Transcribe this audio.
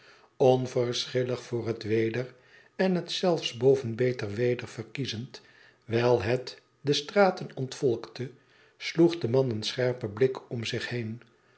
onverschillig voor het weder en het zelfs boven beter weder verkiezend wijl het de straten ontvolkte sloeg de man een scherpen blik om zich heen